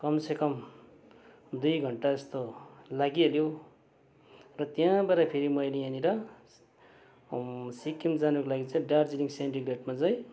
कम से कम दुई घन्टा जस्तो लागिहाल्यो र त्यहाँबाट फेरि मैले यहाँनिर सिक्किम जानुको लागि चाहिँ दार्जिलिङ सेन्डिगेटमा चाहिँ